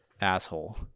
asshole